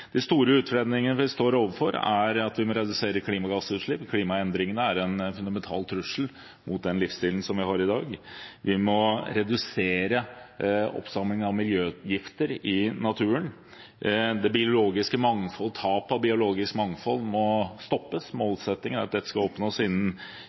De store utfordringene vi står overfor, er at vi må redusere klimagassutslippene – klimaendringene er en fundamental trussel mot den livsstilen vi har i dag. Vi må redusere oppsamlingen av miljøgifter i naturen. Tapet av biologisk mangfold må stoppes